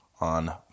on